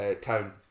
town